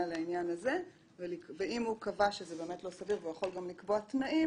לעניין ואם הוא קבע שאכן זה לא סביר ויכול גם לקבוע תנאים,